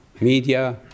media